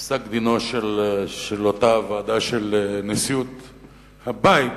פסק-דינה של אותה ועדה של נשיאות הבית,